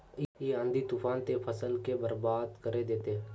इ आँधी तूफान ते फसल के बर्बाद कर देते?